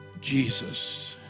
Jesus